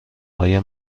آیا